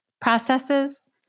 processes